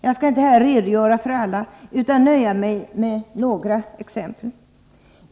Jag skall inte här redogöra för alla utan nöjer mig med några exempel.